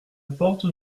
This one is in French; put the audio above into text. porte